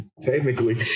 technically